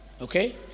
Okay